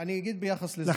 אמת.